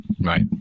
Right